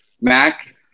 Mac